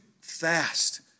fast